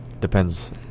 Depends